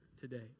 today